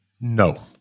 No